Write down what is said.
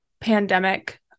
pandemic